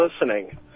listening